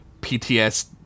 PTSD